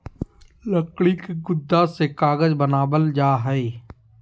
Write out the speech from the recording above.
लकड़ी के गुदा से कागज बनावल जा हय